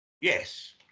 Yes